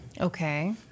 Okay